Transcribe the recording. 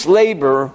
labor